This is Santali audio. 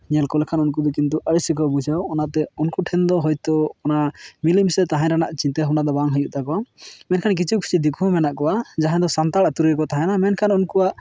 ᱧᱮᱞ ᱠᱚ ᱞᱮᱠᱟᱱ ᱠᱤᱱᱛᱩ ᱩᱱᱠᱛᱩ ᱫᱚ ᱠᱤᱱᱛᱩ ᱟᱹᱲᱤᱥ ᱜᱮᱠᱚ ᱵᱩᱡᱷᱟᱹᱣᱟ ᱚᱱᱟ ᱛᱮ ᱩᱱᱠᱩ ᱴᱷᱮᱱ ᱫᱚ ᱦᱳᱭᱛᱳ ᱚᱱᱟ ᱢᱤᱞᱮ ᱢᱤᱥᱮ ᱛᱟᱦᱮᱱ ᱨᱮᱱᱟᱜ ᱪᱤᱱᱛᱟᱹ ᱵᱷᱟᱵᱱᱟ ᱫᱚ ᱵᱟᱝ ᱦᱩᱭᱩᱜ ᱛᱟᱠᱚᱣᱟ ᱢᱮᱱᱠᱷᱟᱱ ᱠᱤᱪᱷᱩ ᱠᱤᱪᱷᱩ ᱫᱤᱠᱩ ᱦᱚᱸ ᱢᱮᱱᱟᱜ ᱠᱚᱣᱟ ᱡᱟᱦᱟᱸ ᱫᱚ ᱥᱟᱱᱛᱟᱲ ᱟᱹᱛᱩ ᱨᱮᱜᱮ ᱠᱚ ᱛᱟᱦᱮᱱᱟ ᱢᱮᱱᱠᱷᱟᱱ ᱩᱱᱠᱩᱣᱟᱜ